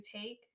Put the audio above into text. take